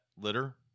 litter